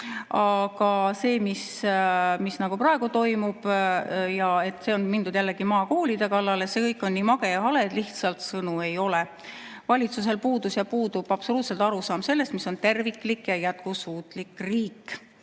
Aga see, mis praegu toimub – on mindud jällegi maakoolide kallale –, on kõik nii mage ja hale, et lihtsalt sõnu ei ole. Valitsusel puudus ja puudub absoluutselt arusaam sellest, mis on terviklik ja jätkusuutlik riik.